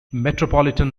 metropolitan